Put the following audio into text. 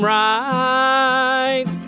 right